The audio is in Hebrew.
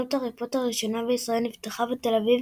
חנות "הארי פוטר" הראשונה בישראל נפתחה בתל אביב,